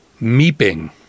Meeping